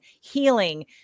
healing